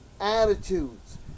attitudes